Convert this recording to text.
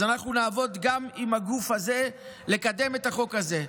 אז אנחנו נעבוד גם עם הגוף הזה לקדם את החוק הזה.